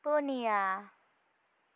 ᱯᱩᱱᱤᱭᱟ